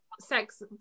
sex